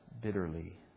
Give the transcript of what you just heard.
bitterly